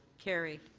carried.